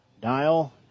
Dial